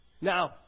Now